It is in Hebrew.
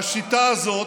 והשיטה הזאת,